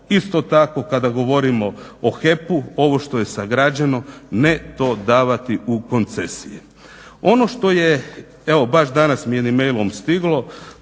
Isto tako kada govorimo o HEP-u ovo što je sagrađeno ne to davati u koncesije. Ono što je evo baš danas mi je jednim mailom stiglo